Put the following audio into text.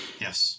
Yes